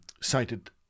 cited